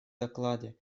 докладе